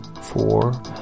four